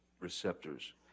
receptors